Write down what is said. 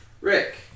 Rick